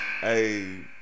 Hey